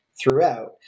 throughout